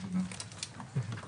הישיבה ננעלה בשעה 11:20.